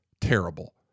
terrible